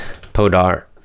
Podar